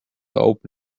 open